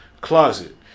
closet